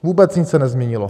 Vůbec nic se nezměnilo.